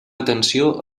atenció